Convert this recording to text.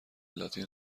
لاتین